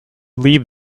leave